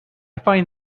find